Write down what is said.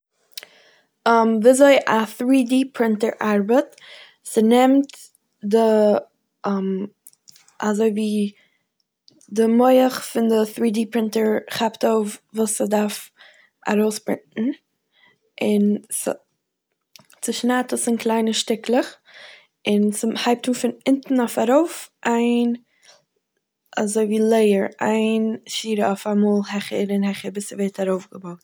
ווי אזוי א טרי-די פרינטער ארבעט, ס'נעמט די אזוי ווי די מח פון די טרי-די פרינטער כאפט אויף וואס ס'דארף ארויספרינטן און ס'צושנייד עס אין קליינע שטיקלעך און ס'הייבט אן פון אונטן אויף ארויף איין אזוי ווי לעיער, איין שורה אויפאמאל העכער און העכער ביז ס'ווערט ארויפגעבויעט.